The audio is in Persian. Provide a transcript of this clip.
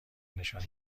نشان